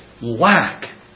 lack